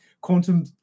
quantum